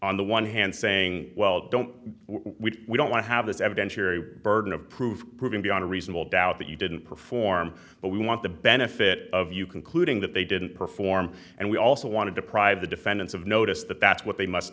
on the one hand saying well don't we we don't want to have this evidence you're a burden of proof proving beyond a reasonable doubt that you didn't perform but we want the benefit of you concluding that they didn't perform and we also want to deprive the defendants of notice that that's what they must